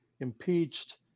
impeached